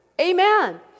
Amen